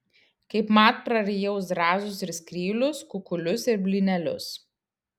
kaipmat prarijau zrazus ir skrylius kukulius ir blynelius